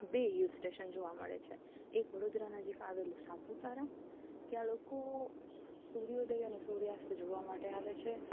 બે hill station જોવા મળે છે એક વડોદરા નજીક આવેલું સાપુતારા ત્યાં લોકો સૂર્યોદય અને સૂર્યાસ્ત જોવા માટે આવે છે